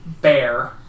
Bear